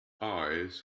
eyes